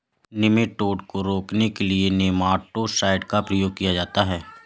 nematode को रोकने के लिए नेमाटो साइड का प्रयोग किया जाता है